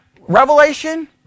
revelation